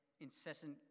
incessant